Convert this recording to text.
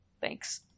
Thanks